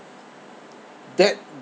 that